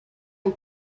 and